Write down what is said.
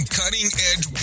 cutting-edge